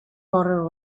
border